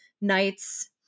nights